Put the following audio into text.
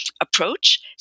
approach